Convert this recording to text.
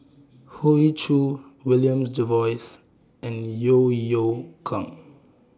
Hoey Choo William Jervois and Yeo Yeow Kwang